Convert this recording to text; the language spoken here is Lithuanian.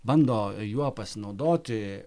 bando juo pasinaudoti